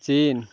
চীন